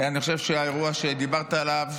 אני חושב שהאירוע שדיברת עליו,